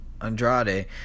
Andrade